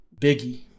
biggie